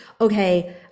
okay